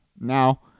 now